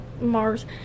Mars